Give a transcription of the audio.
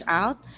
out